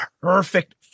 perfect